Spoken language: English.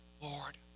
Lord